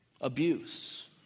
Abuse